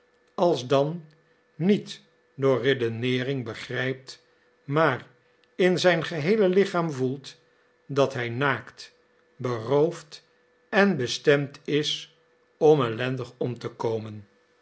alsdan niet door redeneering begrijpt maar in zijn geheele lichaam voelt dat hij naakt beroofd en bestemd is om ellendig om te komen